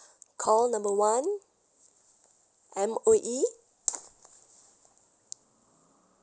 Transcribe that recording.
call number one M_O_E